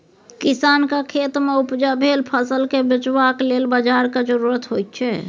किसानक खेतमे उपजा भेल फसलकेँ बेचबाक लेल बाजारक जरुरत होइत छै